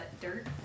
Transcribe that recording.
dirt